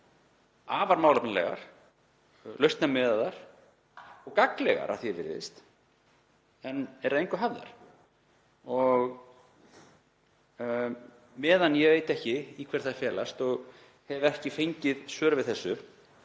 afar málefnalegar, lausnamiðaðar og gagnlegar, að því er virðist, en eru að engu hafðar? Á meðan ég veit ekki í hverju þær felast og hef ekki fengið svör við þessu